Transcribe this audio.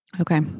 Okay